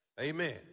Amen